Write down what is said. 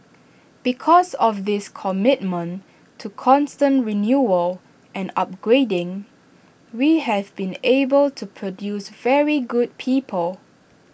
because of this commitment to constant renewal and upgrading we have been able to produce very good people